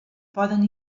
poden